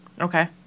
Okay